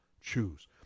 choose